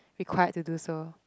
required to do so